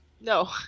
No